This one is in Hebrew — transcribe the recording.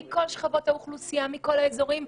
מכל שכבות האוכלוסייה ומכל האזורים.